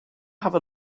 have